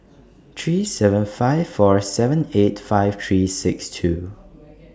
three seven five four seven eight five three six two